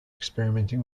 experimenting